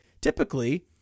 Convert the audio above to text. typically